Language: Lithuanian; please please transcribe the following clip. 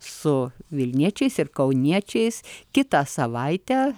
su vilniečiais ir kauniečiais kitą savaitę